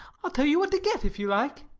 i'll tell you what to get if you like.